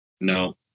No